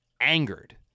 angered